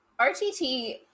RTT